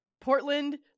Portland